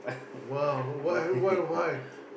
!wow! what what what why